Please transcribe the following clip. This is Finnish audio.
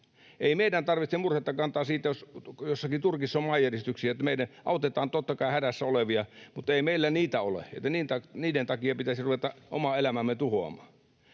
Ei meidän tarvitse murhetta kantaa siitä, jos jossakin Turkissa on maajäristyksiä. Me autetaan, totta kai, hädässä olevia, mutta ei meillä niitä ole, niin että ei niiden takia pidä ruveta omaa elämäämme tuhoamaan.